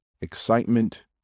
Excitement